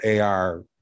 AR